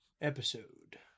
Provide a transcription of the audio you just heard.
episode